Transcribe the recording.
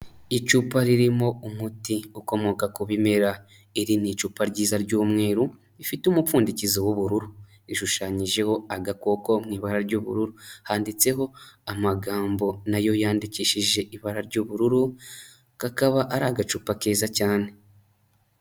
Icupa ririmo umuti ukomoka ku bimera, iri ni icupa ryiza ry'umweru rifite umupfundikizo w'ubururu, ishushanyijeho agakoko mu ibara ry'ubururu, handitseho amagambo nayo yandikishije ibara ry'ubururu, kakaba ari agacupa keza cyane.